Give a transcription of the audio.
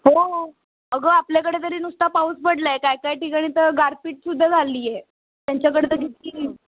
हो अगं आपल्याकडे तरी नुसता पाऊस पडला आहे काही काही ठिकाणी तर गारपीटसुद्धा झाली आहे त्यांच्याकडंं तर किती